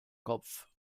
kopf